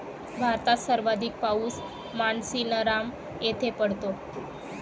भारतात सर्वाधिक पाऊस मानसीनराम येथे पडतो